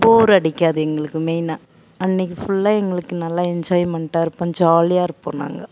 போர் அடிக்காது எங்களுக்கு மெயினாக அன்றைக்கி ஃபுல்லாக எங்களுக்கு நல்ல என்ஜாய்மெண்ட்டாக இருப்போம் ஜாலியாக இருப்போம் நாங்கள்